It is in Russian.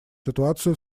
ситуацию